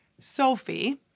Sophie